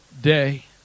day